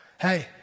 Hey